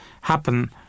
happen